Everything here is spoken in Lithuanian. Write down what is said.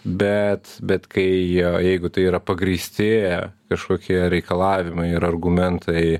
bet bet kai jie jeigu tai yra pagrįsti kažkokie reikalavimai ir argumentai